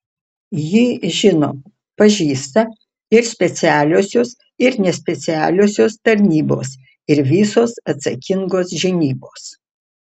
jį žino pažįsta ir specialiosios ir nespecialiosios tarnybos ir visos atsakingos žinybos